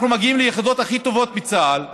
אנחנו מגיעים ליחידות הכי טובות בצה"ל,